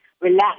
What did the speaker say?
relax